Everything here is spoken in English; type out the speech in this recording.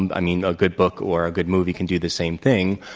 and i mean, a good book or a good movie can do the same thing.